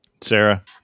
Sarah